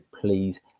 please